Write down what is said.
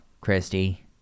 Christy